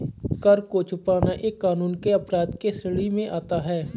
कर को छुपाना यह कानून के अपराध के श्रेणी में आता है